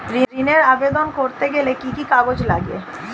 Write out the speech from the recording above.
ঋণের আবেদন করতে গেলে কি কি কাগজ লাগে?